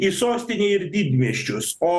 į sostinę ir didmiesčius o